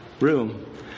room